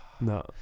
No